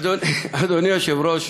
אדוני היושב-ראש,